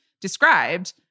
described